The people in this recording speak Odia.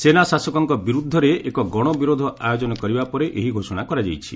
ସେନା ଶାସକଙ୍କ ବିରୁଦ୍ଧରେ ଏକ ଗଣ ବିରୋଧ ଆୟୋଜନ କରିବା ପରେ ଏହି ଘୋଷଣା କରାଯାଇଛି